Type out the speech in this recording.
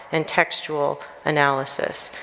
and textual analysis,